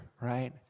right